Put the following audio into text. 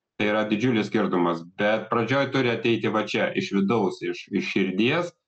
tai yra didžiulis skirtumas bet pradžioj turi ateiti va čia iš vidaus iš iš širdies